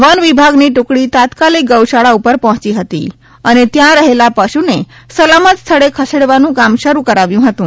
one વિભાગની ટુકડી તાત્કાલિક ગૌશાળા ઉપર પહોચી હતી અને ત્યાં રહેલા પશુને સલામત સ્થળે ખસેડવાનું કામ શરૂ કરાવ્યુ હતું